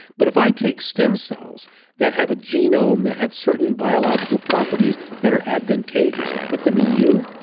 but if i take stem cells that have a genome that have certain biological properties that are advantageous and put them in you,